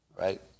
right